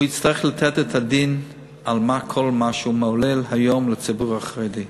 הוא יצטרך לתת את הדין על כל מה שהוא מעולל היום לציבור החרדי.